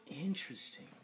Interesting